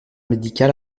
médical